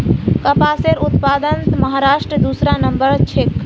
कपासेर उत्पादनत महाराष्ट्र दूसरा नंबरत छेक